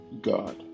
God